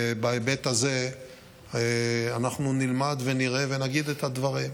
בהיבט הזה אנחנו נלמד ונראה ונגיד את הדברים.